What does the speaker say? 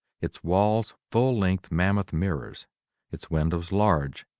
its walls full-length mammoth mirrors its windows large,